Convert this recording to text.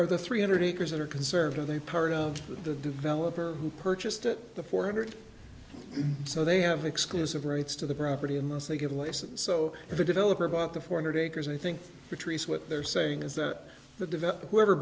are the three hundred acres that are conservative they part of the developer who purchased it the four hundred so they have exclusive rights to the property unless they give lessons so if a developer bought the four hundred acres i think patrice what they're saying is that the developer whoever